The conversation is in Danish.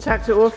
Tak for